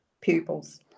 pupils